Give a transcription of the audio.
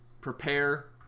Prepare